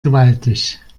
gewaltig